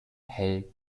hell